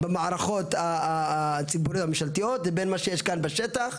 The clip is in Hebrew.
במערכות הציבוריות-הממשלתיות לבין מה שיש כאן בשטח.